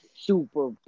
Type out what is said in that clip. super